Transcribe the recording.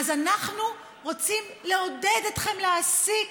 אז אנחנו רוצים לעודד אתכם להעסיק